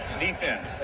defense